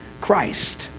Christ